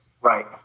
Right